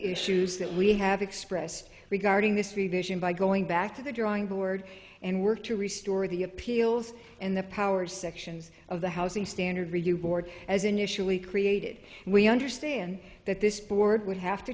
that we have expressed regarding this revision by going back to the drawing board and work to restore the appeals in the power sections of the house the standard review board as initially created we understand that this board would have to